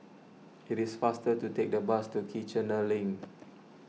it is faster to take the bus to Kiichener Link